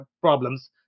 problems